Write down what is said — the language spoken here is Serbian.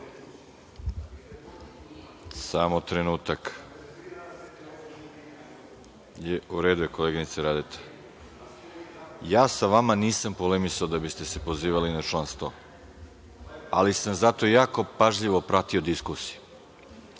član 100.)U redu, je koleginice Radeta. Ja sa vama nisam polemisao da biste se pozivali na član 100, ali sam zato jako pažljivo pratio diskusiju